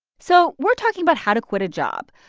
so we're talking about how to quit a job.